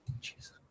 Jesus